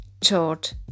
George